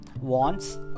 Wants